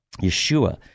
Yeshua